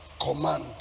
command